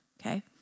Okay